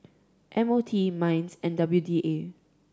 M O T MINDS and W D A